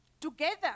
together